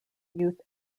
youth